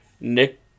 Nick